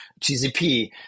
GCP